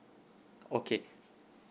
okay